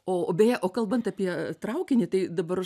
o beje o kalbant apie traukinį tai dabar